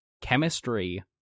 chemistry